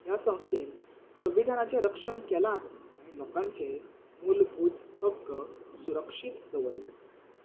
ह्या संस्थेन संविधानाचें रक्षण केलांच आनी लोकांचें मुलभूत हक्क सुरक्षीत दवरले